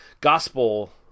gospel